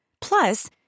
Plus